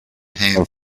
ham